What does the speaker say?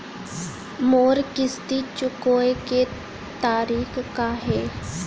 मोर किस्ती चुकोय के तारीक का हे?